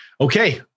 Okay